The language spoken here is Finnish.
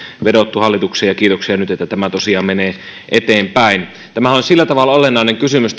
vedottu hallitukseen ja kiitoksia nyt että tämä tosiaan menee eteenpäin tämä seutukaupunkikysymyshän on sillä tavalla olennainen kysymys